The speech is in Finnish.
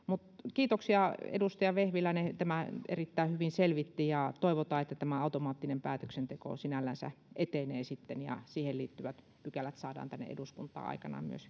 kiitoksia edustaja vehviläinen tämän erittäin hyvin selvitti ja toivotaan että tämä automaattinen päätöksenteko sinällänsä etenee sitten ja siihen liittyvät pykälät saadaan tänne eduskuntaan aikanaan myös